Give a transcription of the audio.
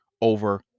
over